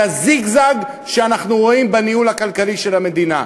הזיגזג שאנחנו רואים בניהול הכלכלי של המדינה.